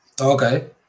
okay